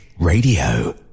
Radio